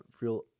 real